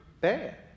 bad